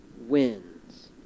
wins